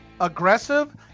aggressive